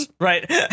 Right